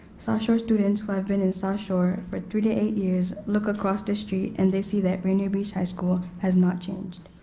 south shore students who have been in south shore for three to eight years look across the street and they see that rainier beach high school has not changed.